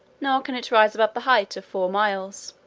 nor can it rise above the height of four miles.